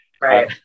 right